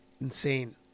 Insane